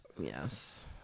Yes